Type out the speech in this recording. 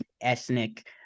ethnic